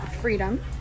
freedom